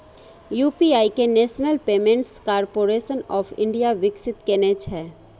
UPI कें national payments corporation of India विकसित केने छै